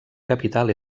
capital